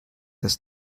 this